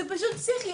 זה פשוט פסיכי,